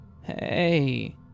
Hey